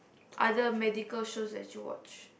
other medical shows that you watch